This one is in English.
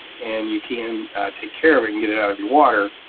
and you can take care of it and get it out of your water.